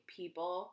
people